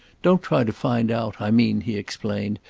don't try to find out. i mean, he explained,